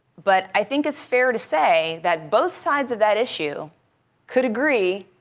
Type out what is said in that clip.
but i think it's fair to say that both sides of that issue could agree